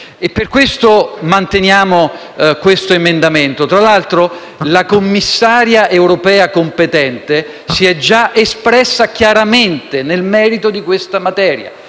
Per questo manteniamo questo emendamento. Tra l'altro, la commissaria europea competente si è già espressa chiaramente nel merito di questa materia,